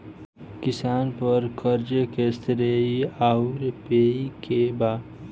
किसान पर क़र्ज़े के श्रेइ आउर पेई के बा?